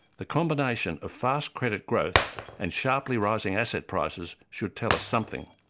the combination of fast credit growth and sharply rising asset prices should tell us something.